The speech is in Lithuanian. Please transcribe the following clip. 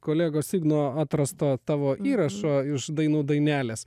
kolegos igno atrasto tavo įrašo iš dainų dainelės